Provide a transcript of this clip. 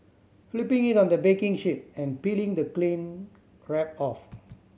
flipping it on the baking sheet and peeling the cling wrap off